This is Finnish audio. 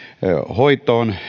hoitoon